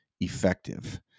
effective